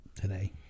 today